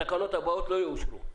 התקנות הבאות לא יאושרו.